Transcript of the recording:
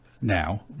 now